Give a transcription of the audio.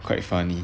quite funny